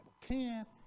camp